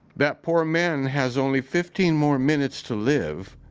that poor man has only fifteen more minutes to live.